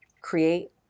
create